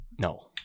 No